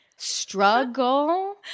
struggle